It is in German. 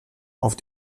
auf